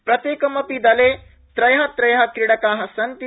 प्रत्येकमपि दले त्रय त्रय कीडका सन्ति